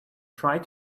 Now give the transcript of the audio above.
tried